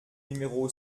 numéro